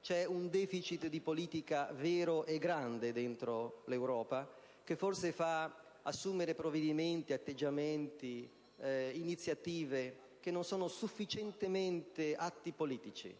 C'è un deficit di politica vero e grande dentro l'Europa, che forse fa assumere provvedimenti, atteggiamenti e iniziative che non sono sufficientemente atti politici,